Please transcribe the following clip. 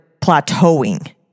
plateauing